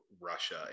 Russia